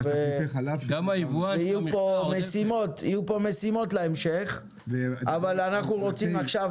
יהיו פה משימות להמשך אבל אנחנו רוצים עכשיו